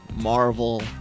marvel